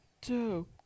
two